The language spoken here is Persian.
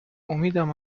امیدم